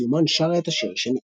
בסיומן שרה את השיר שנית.